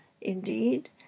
Indeed